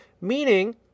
Meaning